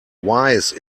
wise